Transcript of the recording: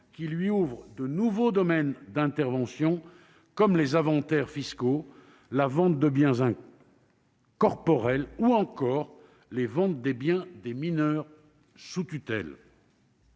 qui lui ouvre de nouveaux domaines d'intervention, comme les inventaires fiscaux, la vente de biens incorporels ou encore les ventes des biens des mineurs sous tutelle.